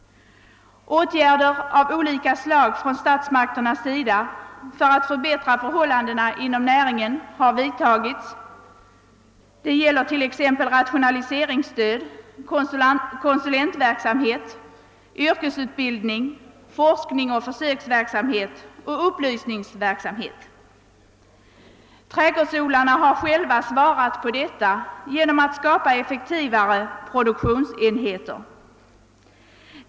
Åtgärder av olika slag för att förbättra förhållandena inom denna näring har vidtagits av statsmakterna. Exempel härpå är rationaliseringsstöd, konsulentverksamhet, yrkesutbildning, forskning, försöksverksamhet och upplysningsverksamhet. Trädgårdsodlarna har svarat härpå genom att skapa effektivare produktionsenheter.